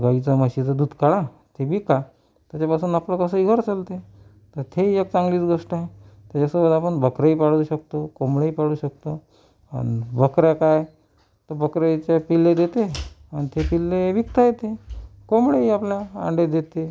गाईचं म्हशीचं दूध काढा ते विका त्याच्यापासून आपलं कसंही घर चालते तर तेही एक चांगलीच गोष्ट आहे ते तसं तर आपण बकऱ्याही पाळू शकतो कोंबड्याही पाळू शकतो आणि बकऱ्या काय तर बकऱ्या एक चार पिल्ले देते आणि ते पिल्ले विकता येते कोंबड्याही आपले अंडे देते